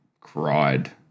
cried